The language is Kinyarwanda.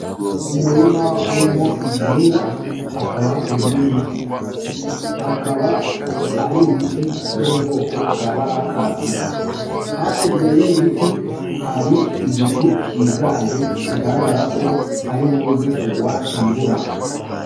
Umurima urimo ibihingwa hakaba hateyemo n'ibiti, akaba ari ibiti byo mu bwoko bwa barakatsi, hakurya y'ibi biti hari igicu kiganje bigaragara ko hari buze kugwa imvura.